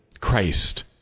Christ